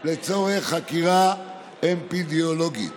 לצורך חקירה אפידמיולוגית.